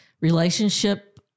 relationship